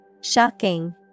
Shocking